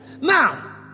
Now